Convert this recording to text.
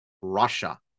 Russia